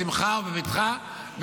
בשמחה ובבטחה.